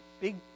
big